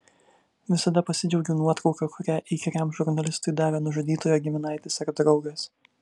visada pasidžiaugiu nuotrauka kurią įkyriam žurnalistui davė nužudytojo giminaitis ar draugas